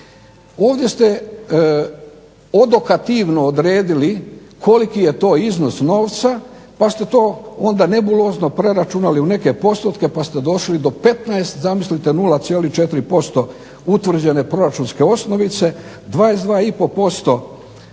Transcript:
Ovdje ste odokativno odredili koliki je to iznos novca, pa ste to onda nebulozno preračunali u neke postotke, pa ste došli do 15 zamislite 0,4% utvrđene proračunske osnovice, 22